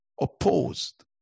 opposed